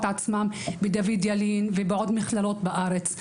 עצמם בדוד ילין ובעוד מכללות בארץ.